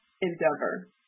endeavor